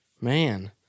Man